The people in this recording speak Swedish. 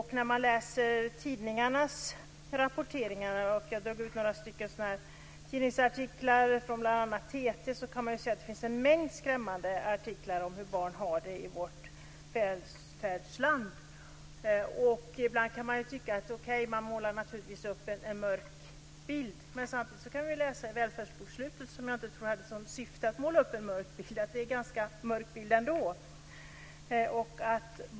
Det finns en mängd skrämmande tidningsartiklar om hur barn har det i vårt välfärdsland - jag har här några notiser från bl.a. TT. Ibland kan man naturligtvis tycka att de målar en mörk bild, men samma sak kan man ju läsa om i Välfärdsbokslutet, som inte hade som syfte att måla en mörk bild. Bilden är alltså ganska mörk ändå.